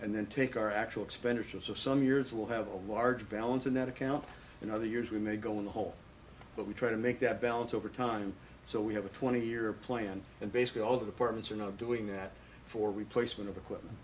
and then take our actual expenditures of some years we'll have a large balance in that account in other years we may go in the hole but we try to make that balance over time so we have a twenty year plan and basically all the departments are now doing that for replacement of equipment